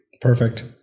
Perfect